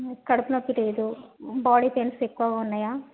కడుపు నొప్పి లేదు బాడీ పెయిన్స్ ఎక్కువగా ఉన్నాయా